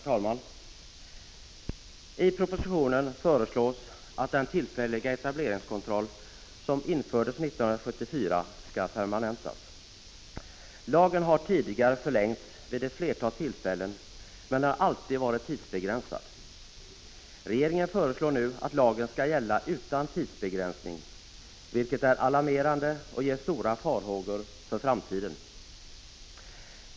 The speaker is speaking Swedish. Herr talman! I propositionen föreslås att den tillfälliga etableringskontroll som infördes 1974 skall permanentas. Lagens giltighetstid har tidigare förlängts vid ett flertal tillfällen, men lagen har alltid varit tidsbegränsad. Regeringen föreslår nu att lagen skall gälla utan tidsbegränsning, vilket är alarmerande och inger stora farhågor för framtiden.